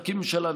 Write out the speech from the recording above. נקים ממשלה,